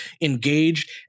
engaged